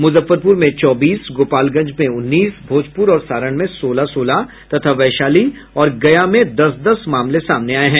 मुजफ्फरपुर में चौबीस गोपालगंज में उन्नीस भोजपुर और सारण में सोलह सोलह तथा वैशाली और गया में दस दस मामले सामने आये हैं